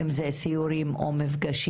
אם זה סיורים או מפגשים,